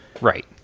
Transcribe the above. Right